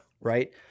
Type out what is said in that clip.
Right